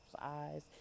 eyes